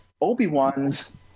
Obi-Wan's